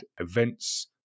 events